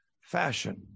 fashion